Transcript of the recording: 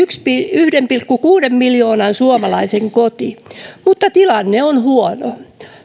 yhden pilkku kuuden miljoonan suomalaisen koti mutta tilanne on huono